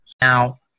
Now